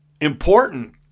important